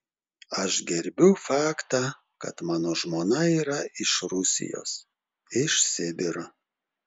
aš gerbiu faktą kad mano žmona yra iš rusijos iš sibiro